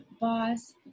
Boss